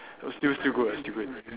still still good ah still good